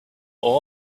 all